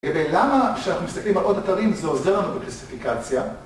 למה כשאנחנו מסתכלים על עוד אתרים זה עוזר לנו בקלסיפיקציה?